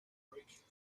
curriculum